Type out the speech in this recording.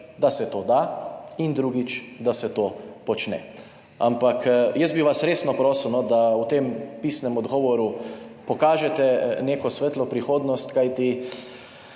da se to da, in drugič, da se to počne. Ampak jaz bi vas resno prosil, da v tem pisnem odgovoru pokažete neko svetlo prihodnost, kajti